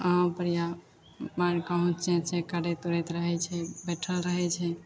आव पर या मारि कहो चै चै करैत उरैत रहैत छै बैठल रहैत छै